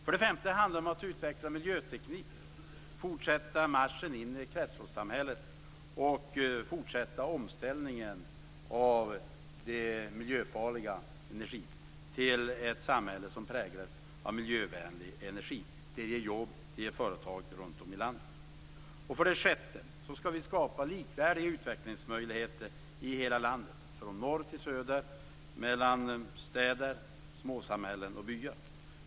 För det femte handlar det om att utveckla miljöteknik, fortsätta marschen in i kretsloppssamhället och fortsätta omställningen från miljöfarlig energi till ett samhälle som präglas av miljövänlig energi. Det ger jobb och det ger företag runt om i landet. För det sjätte skall vi skapa likvärdiga utvecklingsmöjligheter i hela landet, från norr till söder, för städer, småsamhällen och byar.